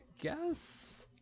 guess